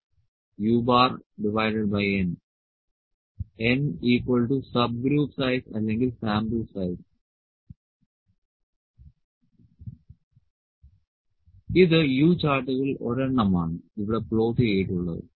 L u 3un n subgroup size അല്ലെങ്കിൽ sample size ഇത് U ചാർട്ടുകളിൽ ഒരെണ്ണം ആണ് ഇവിടെ പ്ലോട്ട് ചെയ്തിട്ടുള്ളത്